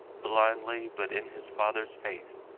blindly, but in his father's faith,